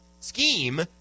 Scheme